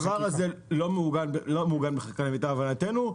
הדבר הזה לא מעוגן בחקיקה לפי מיטב הבנתנו.